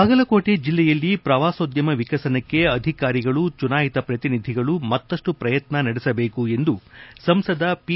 ಬಾಗಲಕೋಟೆ ಜಿಲ್ಲೆಯಲ್ಲಿ ಪ್ರವಾಸೋದ್ಯಮ ವಿಕಸನಕ್ಕೆ ಅಧಿಕಾರಿಗಳು ಚುನಾಯಿತ ಪ್ರತಿನಿಧಿಗಳು ಮತ್ತಷ್ಟು ಪ್ರಯತ್ನ ನಡೆಸಬೇಕು ಎಂದು ಸಂಸದ ಪಿ